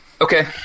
okay